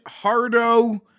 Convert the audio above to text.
Hardo